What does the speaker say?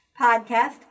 podcast